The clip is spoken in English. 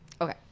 Okay